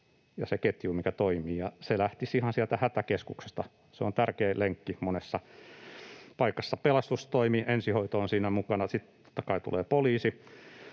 ja se ketju, mikä toimii, ja se lähtisi ihan sieltä hätäkeskuksesta. Se on tärkeä lenkki monessa paikassa. Pelastustoimi, ensihoito on siinä mukana. Sitten totta kai tulee poliisi,